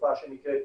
תופעה של סקס-טינג,